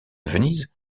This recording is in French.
venise